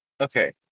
Okay